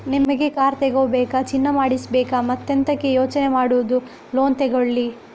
ನಿಮಿಗೆ ಕಾರ್ ತಗೋಬೇಕಾ, ಚಿನ್ನ ಮಾಡಿಸ್ಬೇಕಾ ಮತ್ತೆಂತಕೆ ಯೋಚನೆ ಮಾಡುದು ಲೋನ್ ತಗೊಳ್ಳಿ